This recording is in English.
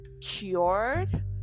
cured